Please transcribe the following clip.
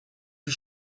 für